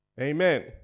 Amen